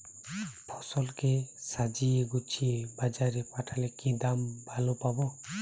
ফসল কে সাজিয়ে গুছিয়ে বাজারে পাঠালে কি দাম ভালো পাব?